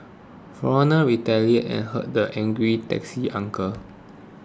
foreigner retaliated and hurt the angry taxi uncle